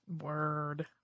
word